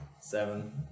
Seven